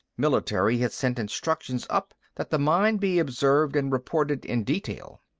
military had sent instructions up that the mine be observed and reported in detail.